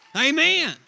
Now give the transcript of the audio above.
Amen